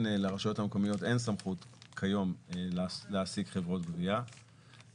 לרשויות המקומיות אין סמכות כיום להעסיק חברות גבייה,